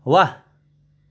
वाह